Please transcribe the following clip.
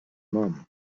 mum